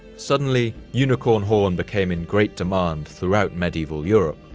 suddenly unicorn horn became in great demand throughout medieval europe,